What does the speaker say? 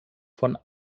von